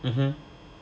mm hmm